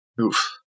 Oof